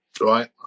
right